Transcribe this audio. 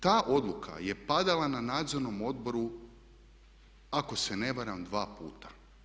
Ta odluka je padala na Nadzornom odboru ako se ne varam dva puta.